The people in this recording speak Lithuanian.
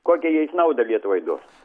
kokią jis naudą lietuvai duos